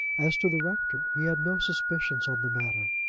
as to the rector, he had no suspicions on the matter.